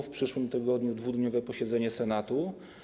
W przyszłym tygodniu jest dwudniowe posiedzenie Senatu.